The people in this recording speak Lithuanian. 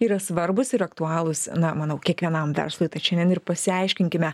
yra svarbūs ir aktualūs na manau kiekvienam verslui tad šiandien ir pasiaiškinkime